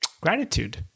gratitude